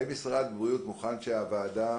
האם משרד הבריאות מוכן שהוועדה